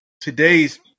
today's